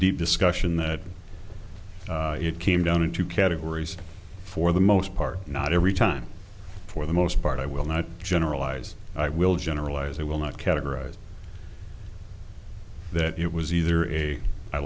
deep discussion that it came down into categories for the most part not every time for the most part i will not generalize i will generalize i will not categorize that it was either a i